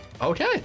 okay